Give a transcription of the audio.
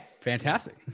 fantastic